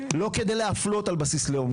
לא כדי להפלות על בסיס לאום.